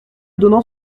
donnant